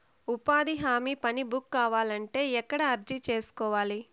ఉపాధి హామీ పని బుక్ కావాలంటే ఎక్కడ అర్జీ సేసుకోవాలి?